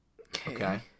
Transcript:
Okay